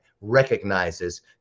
recognizes